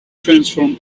transform